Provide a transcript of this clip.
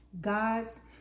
God's